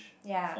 ya